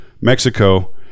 Mexico